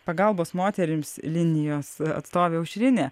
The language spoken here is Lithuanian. pagalbos moterims linijos atstovė aušrinė